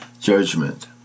judgment